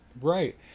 Right